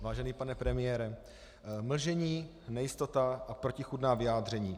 Vážený pane premiére, mlžení, nejistota a protichůdná vyjádření.